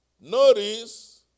notice